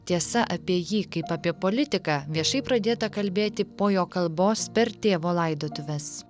tiesa apie jį kaip apie politiką viešai pradėta kalbėti po jo kalbos per tėvo laidotuves